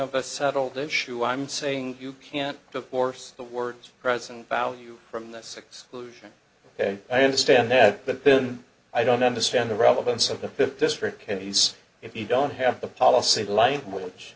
of a settled issue i'm saying you can't divorce the words present value from this six solution ok i understand that but then i don't understand the relevance of the fifth district case if you don't have a policy l